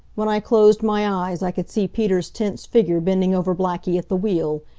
when i closed my eyes i could see peter's tense figure bending over blackie at the wheel,